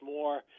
More